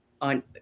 on